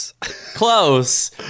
Close